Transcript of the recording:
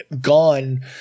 gone